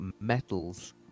metals